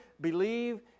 believe